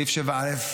סעיף 7א,